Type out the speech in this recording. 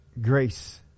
grace